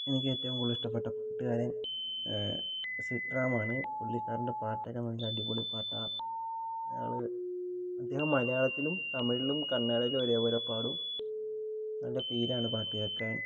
എനിക്ക് ഏറ്റവും കൂടുതൽ ഇഷ്ടപെട്ട പാട്ടുകാരൻ സിഡ് റാമാണ് പുള്ളിക്കാരൻ്റെ പാട്ടൊക്കെ നല്ല അടിപൊളി പാട്ടാണ് അയാൾ അദ്ദേഹം മലയാളത്തിലും തമിഴിലും കന്നടയിലും ഒരേപോലെ പാടും നല്ല ഫീൽ ആണ് പാട്ട് കേൾക്കാൻ